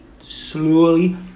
slowly